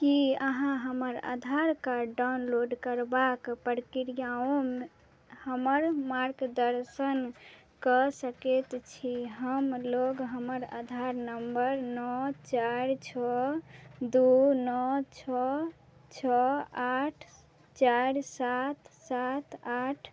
कि अहाँ हमर आधार कार्ड डाउनलोड करबाक प्रक्रियामे हमर मार्गदर्शन कऽ सकै छी हमरालग हमर आधार नम्बर नओ चारि छओ दुइ नओ छओ छओ आठ चारि सात सात आठ